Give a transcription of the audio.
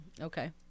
Okay